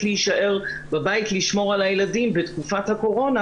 להישאר בבית לשמור על הילדים בתקופת הקורונה.